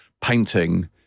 painting